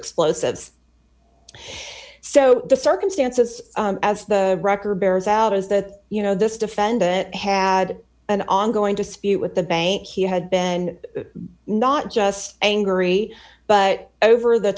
explosives so the circumstances as the record bears out is that you know this defendant had an ongoing dispute with the bank he had been not just angry but over the